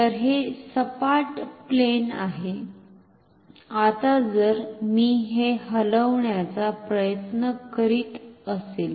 तर हे सपाट प्लेन आहे आता जर मी हे हलविण्याचा प्रयत्न करीत असेल